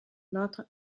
notre